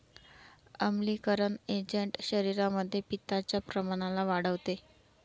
आम्लीकरण एजंट शरीरामध्ये पित्ताच्या प्रमाणाला वाढवते